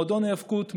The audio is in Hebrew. מועדון היאבקות,